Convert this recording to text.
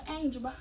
angel